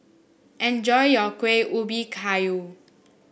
enjoy your Kuih Ubi Kayu